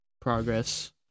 progress